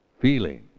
feeling